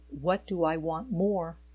what-do-I-want-more